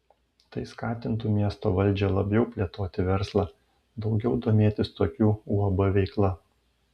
tai skatintų miesto valdžią labiau plėtoti verslą daugiau domėtis tokių uab veikla